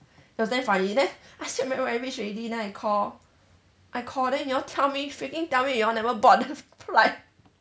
it was damn funny then I still remember when I reach already then I call I call then you all tell me freaking tell me you all never bought the flight